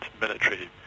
military